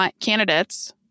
candidates